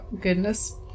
goodness